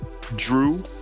Drew